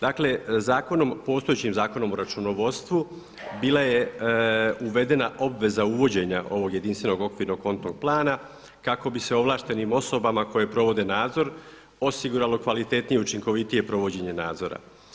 Dakle, postojećim Zakonom o računovodstvu bila je uvedena obveza uvođenja ovog jedinstvenog okvirnog kontnog plana kako bi se ovlaštenim osobama koje provode nadzor osiguralo kvalitetnije i učinkovitije provođenje nadzora.